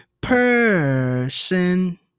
person